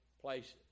places